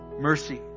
mercy